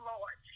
Lord